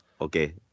okay